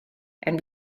and